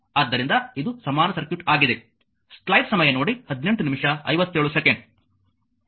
ಆದ್ದರಿಂದ ಇದು ಸಮಾನ ಸರ್ಕ್ಯೂಟ್ ಆಗಿದೆ